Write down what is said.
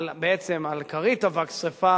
בעצם על כרית אבק שרפה